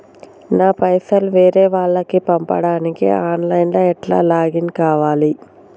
నా పైసల్ వేరే వాళ్లకి పంపడానికి ఆన్ లైన్ లా ఎట్ల లాగిన్ కావాలి?